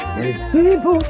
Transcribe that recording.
People